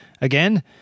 again